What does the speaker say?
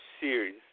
series